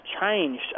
changed